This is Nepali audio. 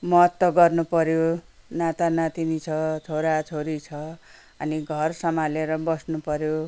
महत्त्व गर्नुपर्यो नातानातिनी छ छोराछोरी छ अनि घर सम्हालेर बस्नुपर्यो